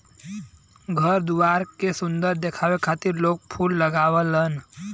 घर दुआर के सुंदर दिखे खातिर लोग फूल लगावलन